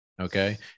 Okay